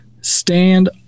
Stand